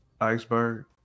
iceberg